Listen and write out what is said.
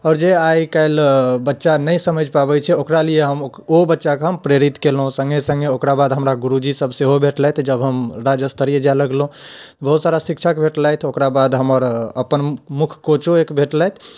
आओर जे आइकाल्हि बच्चा नहि समझि पाबैत छै ओकरा लिए हम ओ ओहो बच्चा कऽ हम प्रेरित कयलहुँ सङ्गे सङ्गे ओकरा बाद हमरा गुरुजी सभ सेहो भेटलथि जब हम राजस्तरीय जाय लगलहुँ बहुत सारा शिक्षक भेटलथि ओकरा बाद हमर अपन मुख कोचो एक भेटलथि